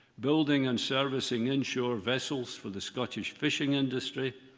building and servicing inshore vessels for the scottish fishing industry,